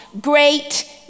great